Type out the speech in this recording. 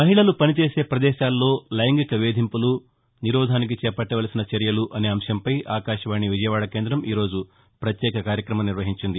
మహిళలు పనిచేసే పదేశాల్లో లైంగిక వేధింపులు నిరోధానికి చేపట్లవలసిన చర్యలు అనే అంశంపై ఆకాశవాణి విజయవాడ కేందం ఈరోజు ప్రత్యేక కార్యక్రమం నిర్వహించింది